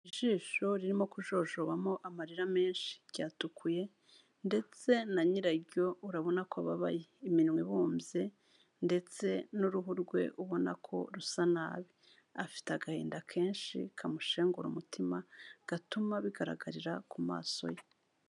Ijisho ririmo kujojobamo amarira menshi ryatukuye ndetse na nyiraryo urabona ko ababaye, iminwa ibumbye ndetse n'uruhu rwe ubona ko rusa nabi, afite agahinda kenshi kamushengura umutima, gatuma bigaragarira ku maso ye.